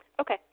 Okay